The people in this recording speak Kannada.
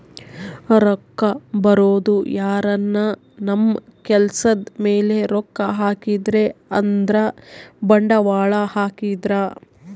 ರೊಕ್ಕ ಬರೋದು ಯಾರನ ನಮ್ ಕೆಲ್ಸದ್ ಮೇಲೆ ರೊಕ್ಕ ಹಾಕಿದ್ರೆ ಅಂದ್ರ ಬಂಡವಾಳ ಹಾಕಿದ್ರ